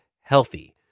healthy